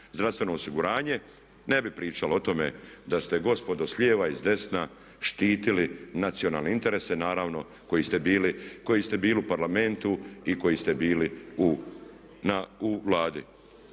zdravstveno osiguranje. Ne bi pričali o tome da ste gospodo s lijeva i s desna štitili nacionalne interese, naravno koji ste bili u Parlamentu i koji ste bili u Vladi.